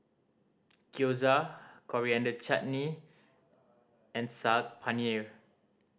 Gyoza Coriander Chutney and Saag Paneer